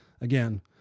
again